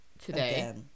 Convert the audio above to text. today